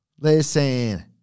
Listen